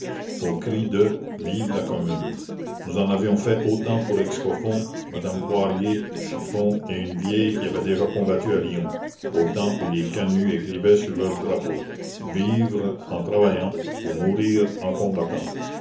au cri de vive la commune nous en avions fait autant pour excoffons madame poirier chiffon et une vieille qui avait déjà combattu à lyon au temps où les canuts écrivaient sur leur drapeau vivre en travaillant ou mourir en combattant